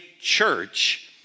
church